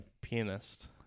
pianist